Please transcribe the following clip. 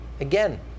again